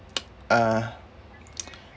uh